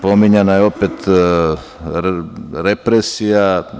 Pominjana je opet represija.